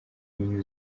new